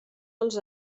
dels